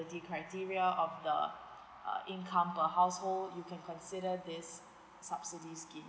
criteria of the err income per household you can consider this subsidies scheme